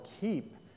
keep